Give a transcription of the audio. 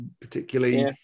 particularly